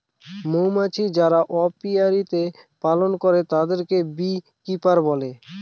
মৌমাছি যারা অপিয়ারীতে পালন করে তাদেরকে বী কিপার বলে